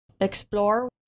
explore